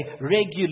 regularly